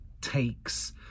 takes